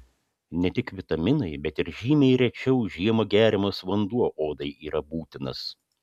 ne tik vitaminai bet ir žymiai rečiau žiemą geriamas vanduo odai yra būtinas